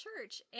church